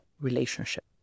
relationship